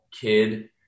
kid